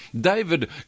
David